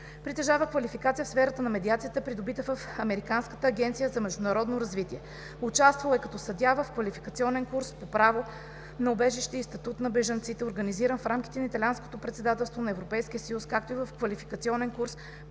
Притежава квалификация в сферата на медиацията, придобита в Американска агенция за международно развитие. Участвал е като съдия в квалификационен курс по право на убежище и статут на бежанците, организиран в рамките на италианското председателство на Европейския съюз, както и в квалификационен курс по патентно и авторско право